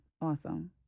Awesome